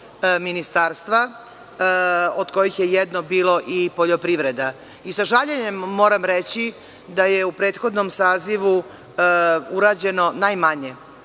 ministarstva, od kojih je jedno bilo i poljoprivreda. Sa žaljenjem moram reći da je u prethodnom sazivu urađeno najmanje